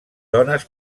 dones